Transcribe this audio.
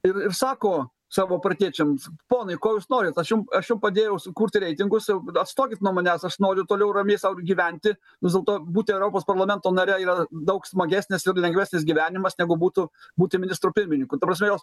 ir ir sako savo partiečiams ponai ko jūs norit aš jum aš jum padėjau sukurti reitingus jau atstokit nuo manęs aš noriu toliau ramiai sau ir gyventi vis dėlto būti europos parlamento nare yra daug smagesnis ir lengvesnis gyvenimas negu būtų būti ministru pirmininku ta prasme jos